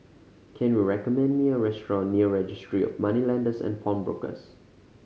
can you recommend me a restaurant near Registry of Moneylenders and Pawnbrokers